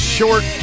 Short